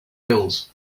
pills